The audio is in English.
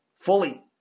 Fully